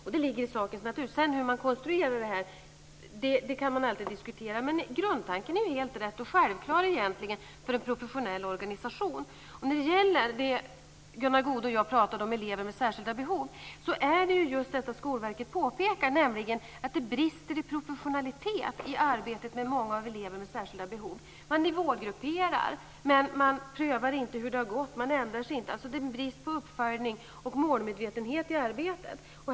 Det ligger i sakens natur. Hur man sedan konstruerar det här kan man alltid diskutera. Men grundtanken är helt rätt och egentligen självklar för en professionell organisation. När det gäller elever med särskilda behov som Gunnar Goude och jag pratade om påpekar ju Skolverket just detta. Verket säger att det brister i professionalitet i arbetet med många av eleverna med särskilda behov. Man nivågrupperar, men man prövar inte hur det har gått, man ändrar sig inte. Det är brist på uppföljning och målmedvetenhet i arbetet.